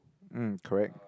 mm correct